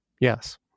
yes